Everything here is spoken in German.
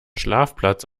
schlafplatz